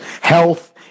health